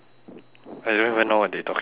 I don't even know what they talking about eh